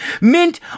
Mint